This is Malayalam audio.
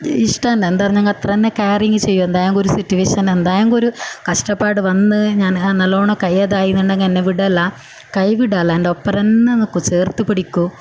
ഇഷ്ടമാണ് എന്താണ് പറഞ്ഞെങ്കിൽ അത്ര എന്നെ കെയറിങ് ചെയ്യും എന്തെങ്കിൽ ഒരു സിറ്റുവേഷൻ എന്തെങ്കിൽ ഒരു കഷ്ടപ്പാട് വന്ന് ഞാൻ നല്ലവണ്ണം കഴിയാതായി എന്നുണ്ടെങ്കിൽ എന്നെ വിടില്ല കൈവിടില്ല എൻ്റെ ഒപ്പരെന്നെ നിൾക്കും ചേർത്ത് പിടിക്കും